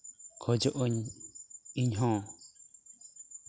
ᱠᱷᱚᱡᱚᱜ ᱟᱹᱧ ᱤᱧ ᱦᱚᱸ